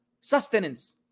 sustenance